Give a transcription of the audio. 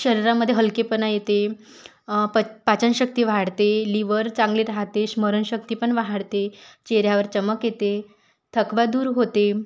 शरीरामध्ये हलकेपणा येते प पाचनशक्ती वाढते लिव्हर चांगले राहते स्मरणशक्ती पण वाढते चेहेऱ्यावर चमक येते थकवा दूर होते